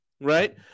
right